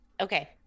Okay